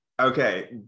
okay